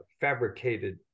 fabricated